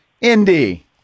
Indy